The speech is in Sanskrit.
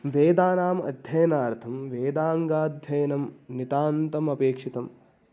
वेदानाम् अध्ययनार्थं वेदाङ्गाध्ययनं नितान्तम् अपेक्षितम्